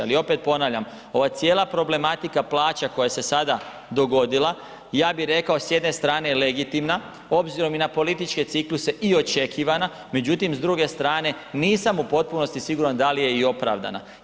Ali opet ponavljam, ova cijela problematika plaća koja se sada dogodila, ja bih rekao s jedne strane je legitimna obzirom na političke cikluse i očekivanja, međutim s druge strane nisam u potpunosti siguran da li je i opravdana.